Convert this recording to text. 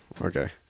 okay